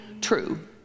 true